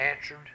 answered